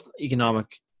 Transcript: economic